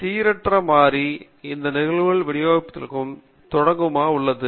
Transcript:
எனவே சீரற்ற மாறி இந்த நிகழ்தகவு விநியோகங்களுக்கு தொடக்கமாக உள்ளது